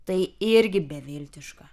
tai irgi beviltiška